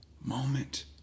moment